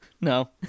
No